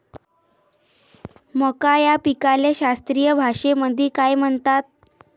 मका या पिकाले शास्त्रीय भाषेमंदी काय म्हणतात?